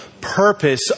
purpose